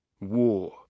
war